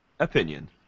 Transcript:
Opinion